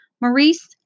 Maurice